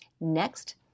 Next